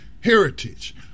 heritage